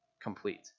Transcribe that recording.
complete